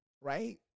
right